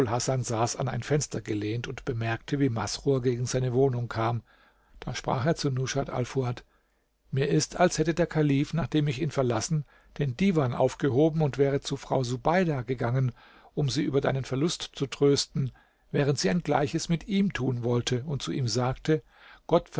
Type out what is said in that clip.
hasan saß an ein fenster gelehnt und bemerkte wie masrur gegen seine wohnung kam da sprach er zu rushat alfuad mir ist als hätte der kalif nachdem ich ihn verlassen den divan aufgehoben und wäre zu frau subeida gegangen um sie über deinen verlust zu trösten während sie ein gleiches mit ihm tun wollte und zu ihm sagte gott